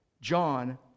John